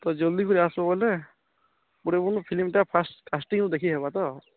ତ ଜଲ୍ଦି କରି ଆସିବ ବୋଲେ ରୁ ଦେଖି ହବା ତ